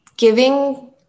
giving